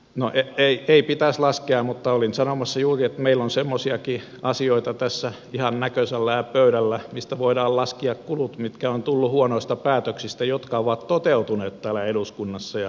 no ei pitäisi laskea mutta olin sanomassa juuri että meillä on semmoisiakin asioita tässä ihan näkösällä ja pöydällä mistä voidaan laskea kulut mitkä ovat tulleet huonoista päätöksistä jotka ovat toteutuneet täällä eduskunnassa ja maassa